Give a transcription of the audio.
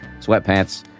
sweatpants